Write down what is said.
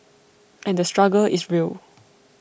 and the struggle is real